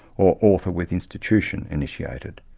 or author-with-institution initiated.